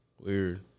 weird